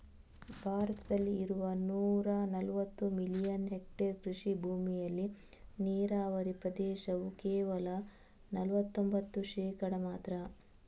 ಭಾರತದಲ್ಲಿ ಇರುವ ನೂರಾ ನಲವತ್ತು ಮಿಲಿಯನ್ ಹೆಕ್ಟೇರ್ ಕೃಷಿ ಭೂಮಿಯಲ್ಲಿ ನೀರಾವರಿ ಪ್ರದೇಶವು ಕೇವಲ ನಲವತ್ತೊಂಭತ್ತು ಶೇಕಡಾ ಮಾತ್ರ